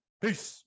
peace